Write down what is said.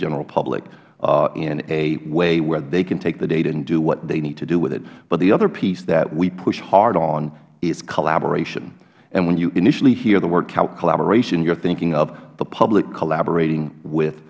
general public in a way where they can take the data and do what they need to do with it but the other piece that we push hard on is collaboration and when you initially hear the word collaboration you are thinking of the public collaborating with